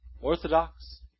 orthodox